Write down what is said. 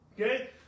Okay